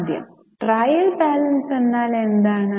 ആദ്യം trial balance എന്നാൽ എന്താണ്